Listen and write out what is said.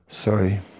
Sorry